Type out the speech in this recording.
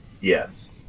Yes